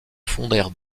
fondèrent